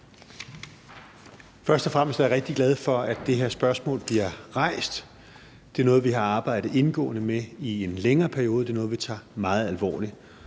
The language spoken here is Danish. Først og fremmest er jeg rigtig glad for, at det her spørgsmål bliver rejst. Det er noget, vi har arbejdet indgående med i en længere periode; det er noget, vi tager meget alvorligt.